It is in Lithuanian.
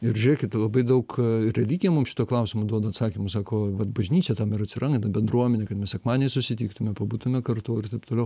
ir žiūrėkite labai daug religija mums šituo klausimu duoda atsakymų sako vat bažnyčia tam ir atsiranda ta bendruomenė kad mes sekmadieniais susitiktume pabūtume kartu ir taip toliau